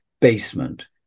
basement